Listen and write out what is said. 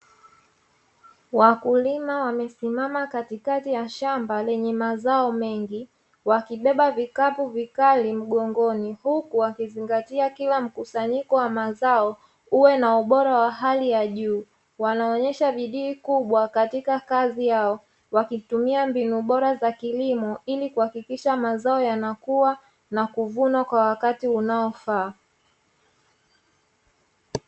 Wakulima wamesimama katikati ya shamba lenye mazao mengi, wakibeba vikapu vikali mgomgoni, huku wakizingatiaa kila mkusayiko wa mazao uwe na ubora wa hali ya juu, wanaonyesha bidii kubwa katika kazi yao wakitumia mbinu bora za kilimo ili kuhakikisha mazao yanakua kwa wakati unaofaa.